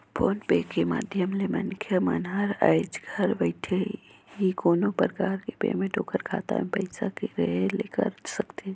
phone पे के माधियम ले मनखे मन हर आयज घर बइठे ही कोनो परकार के पेमेंट ओखर खाता मे पइसा के रहें ले कर सकथे